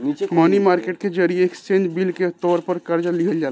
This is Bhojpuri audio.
मनी मार्केट के जरिए एक्सचेंज बिल के तौर पर कर्जा लिहल जाला